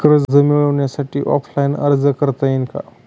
कर्ज मिळण्यासाठी ऑफलाईन अर्ज करता येईल का?